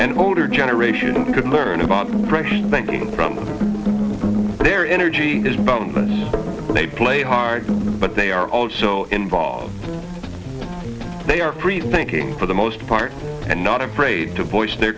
an older generation could learn about banking from their energy is known they play hard but they are also involved they are free thinking for the most part and not afraid to voice their